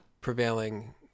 prevailing